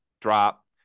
drop